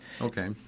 Okay